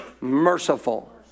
merciful